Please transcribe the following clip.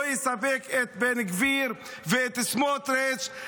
לא יספק את בן גביר ואת סמוטריץ',